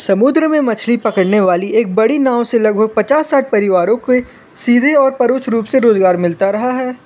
समुद्र में मछली पकड़ने वाली एक बड़ी नाव से लगभग पचास साठ परिवारों के सीधे और परोक्ष रूप से रोजगार मिलता रहा है